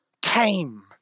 came